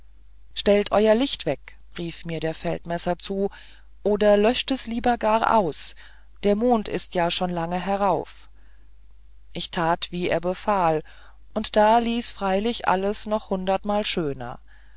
stellt euer licht weg rief mir der feldmesser zu oder löschet es lieber gar aus der mond ist ja schon lang herauf ich tat wie er befahl und da ließ freilich alles noch hundertmal schöner